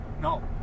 No